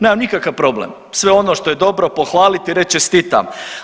Nemam nikakav problem, sve ono što je dobro, pohvaliti i reći čestitam.